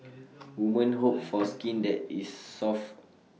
women hope for skin that is soft